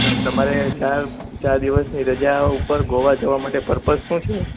પણ તમારે ચાર ચાર દિવસ રજા ઉપર ગોવા જવા માટે પરપર્સ શું છે